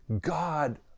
God